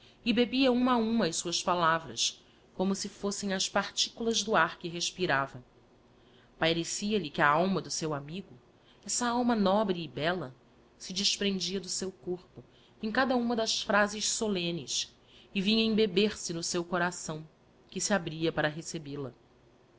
e bebia uma a uma as buas palavras como se fossem as particulas do ar que